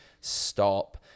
stop